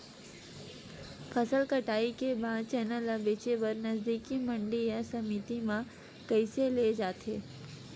फसल कटाई के बाद चना ला बेचे बर नजदीकी मंडी या समिति मा कइसे ले जाथे?